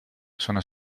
sono